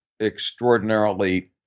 extraordinarily